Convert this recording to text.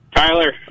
Tyler